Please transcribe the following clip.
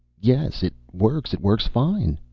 yes, it works. it works fine.